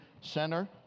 Center